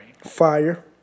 Fire